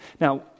Now